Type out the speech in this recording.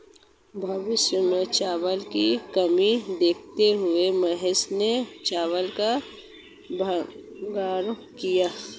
भविष्य में चावल की कमी देखते हुए महेश ने चावल का भंडारण किया